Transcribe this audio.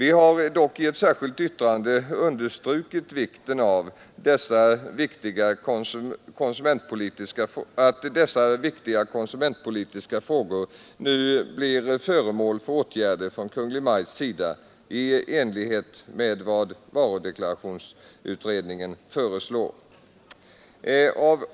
I ett särskilt yttrande har vi dock understrukit vikten av att dessa viktiga konsumentpolitiska frågor nu blir föremål för åtgärder från Kungl. Maj:t i enlighet med vad varudeklarationsutredningen föreslår.